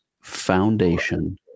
Foundation